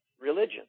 religion